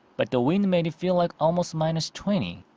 but the wind made it feel like almost minus twenty.